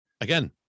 Again